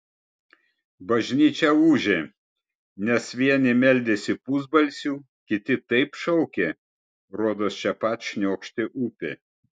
bažnyčia ūžė nes vieni meldėsi pusbalsiu kiti taip šaukė rodos čia pat šniokštė upė